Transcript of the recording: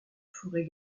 forêt